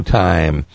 time